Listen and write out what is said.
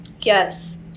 Yes